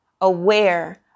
aware